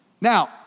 Now